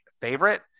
favorite